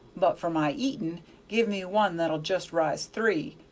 but for my eatin' give me one that'll just rise three.